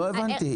לא הבנתי.